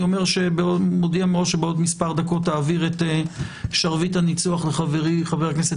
בעוד מספר דקות אעביר את שרביט הניצוח לחברי חבר הכנסת